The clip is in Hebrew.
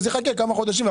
יחכה כמה חודשים.